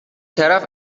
طرف